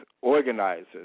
organizers